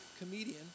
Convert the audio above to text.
comedian